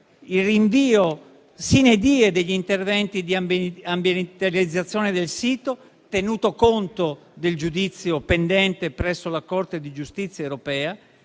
il rinvio *sine die* degli interventi di ambientalizzazione del sito, tenuto conto del giudizio pendente presso la Corte di giustizia europea